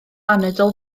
anadl